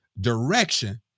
direction